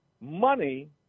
money